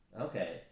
Okay